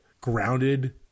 grounded